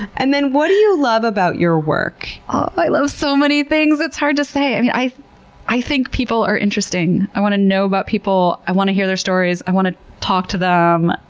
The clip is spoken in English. and then, what do you love about your work? i love so many things, it's hard to say. i i think people are interesting. i want to know about people, i want to hear their stories, i want to talk to them,